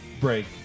break